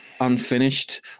unfinished